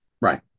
right